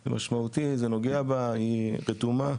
זה משמעותי, זה נוגע בה, היא רתומה,